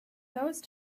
those